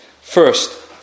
First